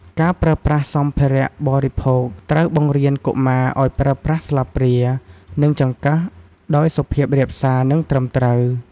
ការប្រើប្រាស់សម្ភារៈបរិភោគ: ត្រូវបង្រៀនកុមារឲ្យប្រើប្រាស់ស្លាបព្រា និងចង្កឹះដោយសុភាពរាបសារ និងត្រឹមត្រូវ។